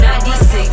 96